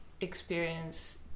experience